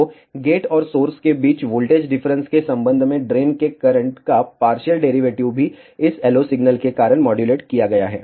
तो गेट और सोर्स के बीच वोल्टेज डिफरेंस के संबंध में ड्रेन के करंट का पार्शियल डेरिवेटिव भी इस LO सिग्नल के कारण मॉड्यूलेट किया गया है